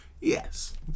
Yes